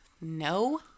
No